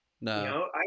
no